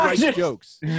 jokes